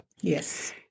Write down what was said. Yes